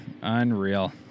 Unreal